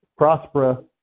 Prospera